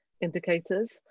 indicators